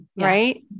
right